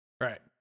Right